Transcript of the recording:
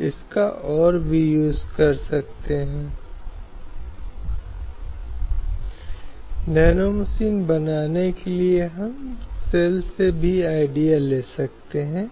ये भाग चार में शामिल हैं जैसा कि मैंने भारतीय संविधान के बारे में कहा इस तरह से कि वे मौलिक अधिकारों